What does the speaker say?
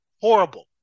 horrible